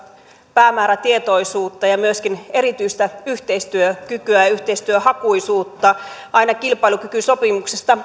päämäärätietoisuutta ja myöskin erityistä yhteistyökykyä ja yhteistyöhakuisuutta aina kilpailukykysopimuksesta